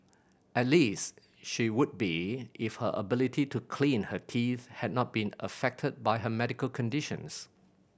at least she would be if her ability to clean her teeth had not been affected by her medical conditions